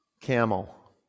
Camel